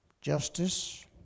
Justice